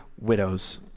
widows